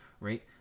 Right